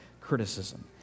criticism